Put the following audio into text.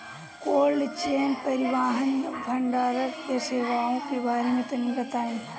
Cold chain परिवहन या भंडारण सेवाओं के बारे में तनी बताई?